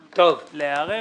להיערך,